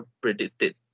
predicted